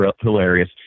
hilarious